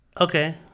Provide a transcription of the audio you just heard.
Okay